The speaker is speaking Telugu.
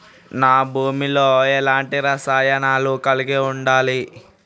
నా భూమి లో ఎలాంటి రసాయనాలను కలిగి ఉండాలి?